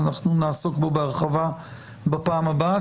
אנחנו נעסוק בו בהרחבה בפעם הבאה,